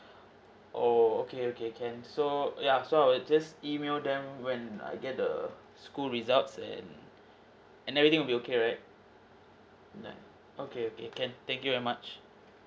oh okay okay can so yeah so I'll just email them when I get the school results and and everything will be okay right then okay okay can thank you very much